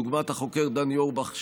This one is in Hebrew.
דוגמת החוקר דני אורבך,